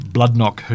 Bloodknock